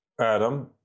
Adam